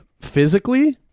physically